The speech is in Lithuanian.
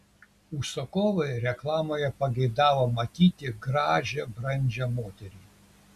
užsakovai reklamoje pageidavo matyti gražią brandžią moterį